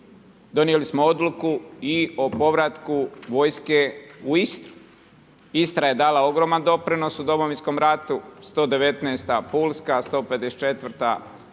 donijeli smo odluku i o povratku vojske u Istri. Istra je dala ogroman doprinos u Domovinskom ratu, 119. Pulska, 154. Pazinska